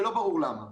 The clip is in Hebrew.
שלא ברור למה.